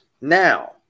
now